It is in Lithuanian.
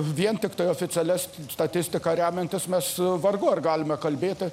vien tiktai oficialia statistika remiantis mes vargu ar galime kalbėti